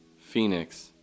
Phoenix